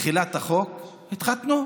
תחילת החוק, הם התחתנו,